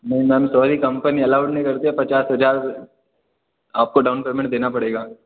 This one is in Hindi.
नहीं मैम सॉरी कम्पनी अल्लाउड नहीं करती है पचास हजार आपको डाउन पेमेंट देना पड़ेगा